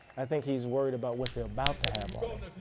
i think he's worried about what they're about to have on him.